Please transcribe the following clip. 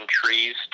trees